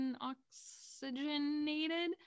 oxygenated